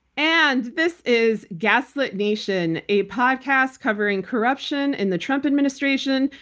and this is gaslit nation, a podcast covering corruption in the trump administration,